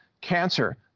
cancer